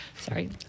sorry